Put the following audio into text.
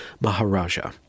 maharaja